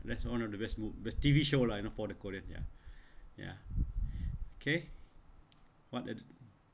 that's one of the mov~ best T_V show lah for the korean ya ya okay what uh